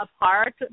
apart